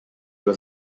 was